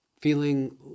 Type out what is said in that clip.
feeling